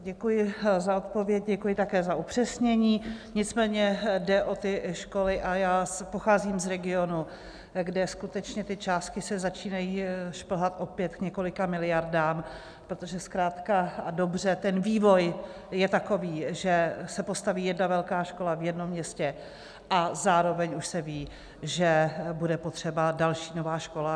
Děkuji za odpověď, děkuji také za upřesnění, nicméně jde o ty školy a já pocházím z regionu, kde skutečně ty částky se začínají šplhat opět k několika miliardám, protože zkrátka a dobře ten vývoj je takový, že se postaví jedna velká škola v jednom městě a zároveň už se ví, že bude potřeba další nová škola.